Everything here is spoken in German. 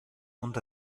und